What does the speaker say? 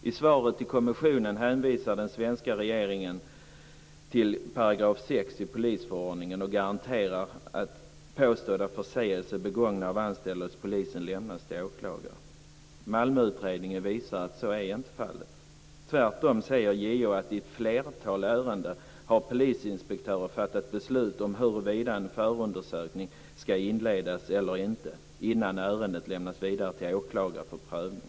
I svaret till kommissionen hänvisar den svenska regeringen till 6 § i polisförordningen och garanterar att påstådda förseelser begångna av anställda hos polisen lämnas till åklagare. Malmöutredningen visar att så inte är fallet. Tvärtom säger JO att polisinspektörer i ett flertal ärenden har fattat beslut om huruvida en förundersökning skall inledas eller inte innan ärendet lämnats vidare till åklagare för prövning.